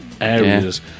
areas